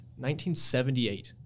1978